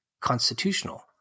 constitutional